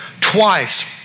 Twice